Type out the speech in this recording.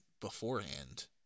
beforehand